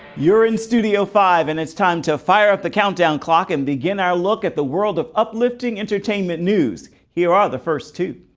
you're in studio five, and it's time to fire up the countdown clock and begin our look at the world of uplifting entertainment news. here are the first two.